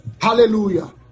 hallelujah